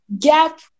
gap